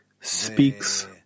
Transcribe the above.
speaks